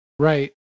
Right